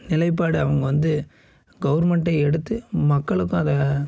நிலைப்பாடு அவங்க வந்து கவர்மெண்டே எடுத்து மக்களுக்கும் அதை